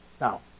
Now